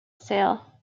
sale